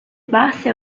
bassi